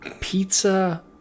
pizza